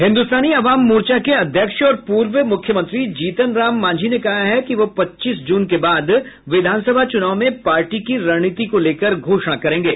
हिन्द्रस्तानी अवाम मोर्चा के अध्यक्ष और पूर्व मुख्यमंत्री जीतन राम मांझी ने कहा है कि वह पच्चीस जून के बाद विधानसभा चुनाव में पार्टी की रणनीति को लेकर घोषणा करेंगे